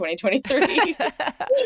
2023